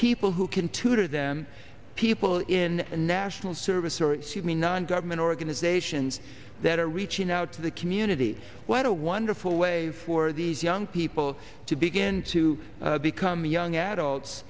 people who can tutor them people in a national service or human non government organizations that are reaching out to the community why do wonderful way for these young people to begin to become young